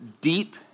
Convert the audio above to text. deep